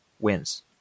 wins